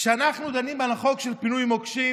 כשאנחנו דנים בחוק לפינוי מוקשים,